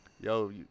yo